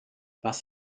was